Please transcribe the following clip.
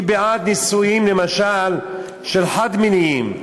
היא בעד נישואים, למשל, של חד-מיניים.